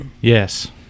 Yes